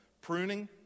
pruning